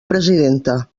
presidenta